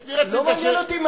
נו, מה, ביבי נתניהו.